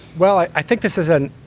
well, i think this is an